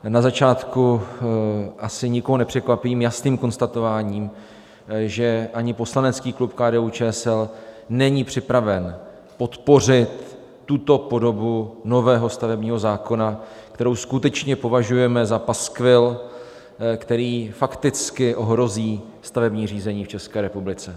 Na začátku asi nikoho nepřekvapím jasným konstatováním, že ani poslanecký klub KDUČSL není připraven podpořit tuto podobu nového stavebního zákona, kterou skutečně považujeme za paskvil, který fakticky ohrozí stavební řízení v České republice.